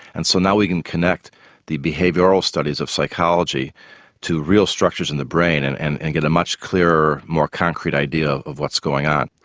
and so now we can connect the behavioural studies of psychology to real structures in the brain and and and get a much clearer, more concrete idea of what's going on.